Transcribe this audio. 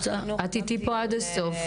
את איתי פה עד הסוף.